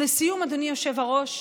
לסיום, אדוני היושב-ראש,